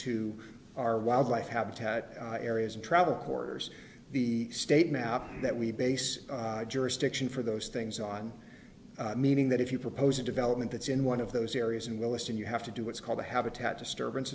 to our wildlife habitat areas and travel cores the state map that we base jurisdiction for those things on meaning that if you propose a development that's in one of those areas in williston you have to do what's called a habitat disturbance